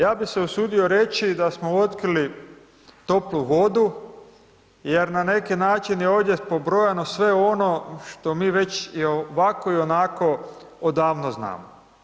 Ja bih se usudio reći da smo otkrili toplu vodu jer na neki način je ovdje pobrojano sve ono što mi već i ovako i onako odavno znamo.